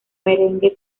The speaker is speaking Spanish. merengue